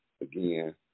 Again